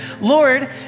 Lord